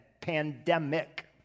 pandemic